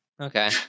Okay